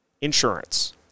insurance